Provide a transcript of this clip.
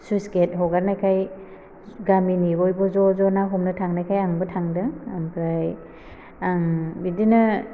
सुइस गेट हगारनायखाय गामिनि बयबो ज' ज' ना हमनो थांनायखाय आंबो थांदों आमफ्राय आं बिदिनो